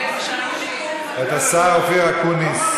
את השר אופיר אקוניס.